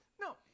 No